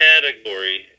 category